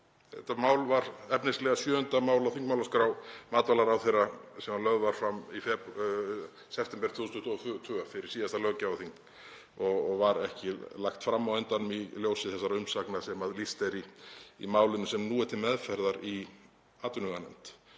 Þetta mál var efnislega 7. mál á þingmálaskrá matvælaráðherra sem lögð var fram í september 2022 á síðasta löggjafarþingi og var ekki lagt fram á endanum í ljósi þessara umsagna sem lýst er í málinu sem nú er til meðferðar í atvinnuveganefnd.